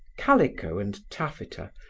calico and taffeta,